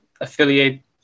affiliate